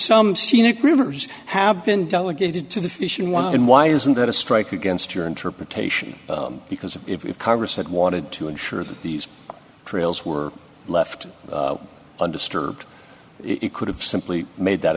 some scenic rivers have been delegated to the fishing one and why isn't that a strike against your interpretation because if congress had wanted to ensure that these trails were left undisturbed it could have simply made that